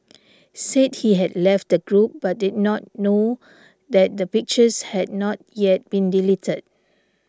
said he had left the group but did not know that the pictures had not yet been deleted